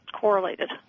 correlated